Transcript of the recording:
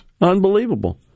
Unbelievable